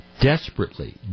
Desperately